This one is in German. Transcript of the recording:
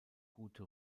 gute